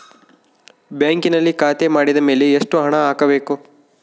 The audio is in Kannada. ಬ್ಯಾಂಕಿನಲ್ಲಿ ಖಾತೆ ಮಾಡಿದ ಮೇಲೆ ಎಷ್ಟು ಹಣ ಹಾಕಬೇಕು?